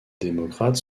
démocrates